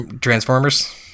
Transformers